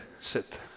sit